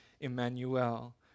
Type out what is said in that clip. Emmanuel